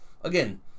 again